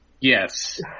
Yes